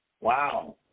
Wow